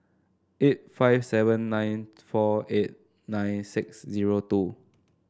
eight five seven nine four eight nine six zero two